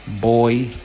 Boy